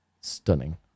stunning